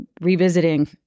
revisiting